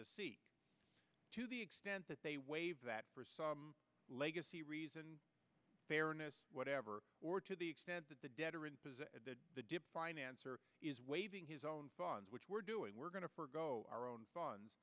to see to the extent that they waive that legacy reason fairness whatever or to the extent that the debtor in the dip finance or is waiving his own funds which we're doing we're going to forego our own funds